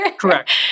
Correct